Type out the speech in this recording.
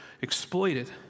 exploited